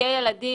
לחוגי ילדים.